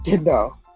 No